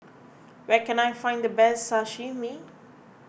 where can I find the best Sashimi